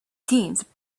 teens